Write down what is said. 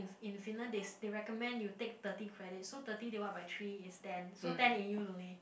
in Finland they s~ they recommend you take thirty credits so thirty divide by three is ten so ten A_Us only